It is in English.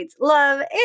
love